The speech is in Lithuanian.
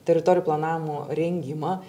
teritorijų planavimo rengimą